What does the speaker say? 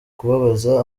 kubabaza